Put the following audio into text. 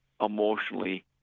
emotionally